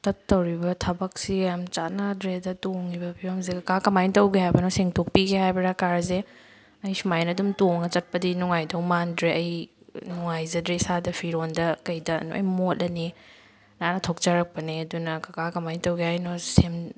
ꯆꯠꯇꯧꯔꯤꯕ ꯊꯕꯛꯁꯤꯒ ꯌꯥꯝ ꯆꯥꯟꯅꯗ꯭ꯔꯦꯗ ꯇꯣꯡꯉꯤꯕ ꯐꯤꯕꯝꯁꯤꯒ ꯀꯥ ꯀꯃꯥꯏꯅ ꯇꯧꯒꯦ ꯍꯥꯏꯕꯅꯣ ꯁꯦꯡꯇꯣꯛꯄꯤꯒꯦ ꯍꯥꯏꯕ꯭ꯔꯥ ꯀꯥꯔꯁꯦ ꯑꯩ ꯁꯨꯃꯥꯏꯅ ꯑꯗꯨꯝ ꯇꯣꯡꯉ ꯆꯠꯄꯗꯤ ꯅꯨꯡꯉꯥꯏꯗꯧ ꯃꯥꯟꯗ꯭ꯔꯦ ꯑꯩ ꯅꯨꯡꯉꯥꯏꯖꯗ꯭ꯔꯦ ꯏꯁꯥꯗ ꯐꯤꯔꯣꯟꯗ ꯀꯩꯗ ꯂꯣꯏ ꯃꯣꯠꯂꯅꯤ ꯅꯥꯟꯅ ꯊꯣꯛꯆꯔꯛꯄꯅꯦ ꯑꯗꯨꯅ ꯀꯀꯥ ꯀꯃꯥꯏ ꯇꯧꯒꯦ ꯍꯥꯏꯅꯣ ꯁꯦꯝ